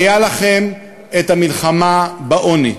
הייתה לכם המלחמה בעוני.